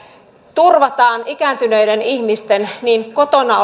turvataan ikääntyneiden ihmisten olo niin kotona